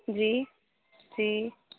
جی جی